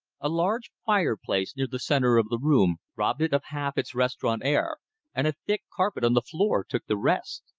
a large fireplace near the center of the room robbed it of half its restaurant air and a thick carpet on the floor took the rest.